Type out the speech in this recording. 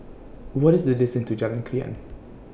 What IS The distance to Jalan Krian